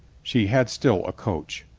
she had still a coach.